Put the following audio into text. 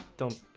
don't